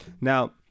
Now